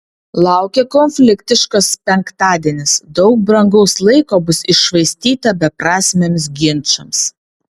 laukia konfliktiškas penktadienis daug brangaus laiko bus iššvaistyta beprasmiams ginčams